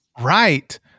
Right